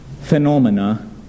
phenomena